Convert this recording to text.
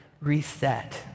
reset